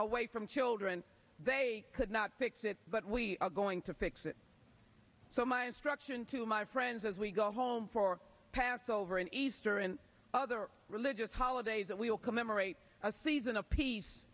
away from children they could not fix it but we are going to fix it so my instruction to my friends as we go home for passover and easter and other religious holidays that we will commemorate a season